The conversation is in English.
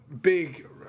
big